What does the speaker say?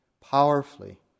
powerfully